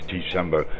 December